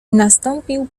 nastąpił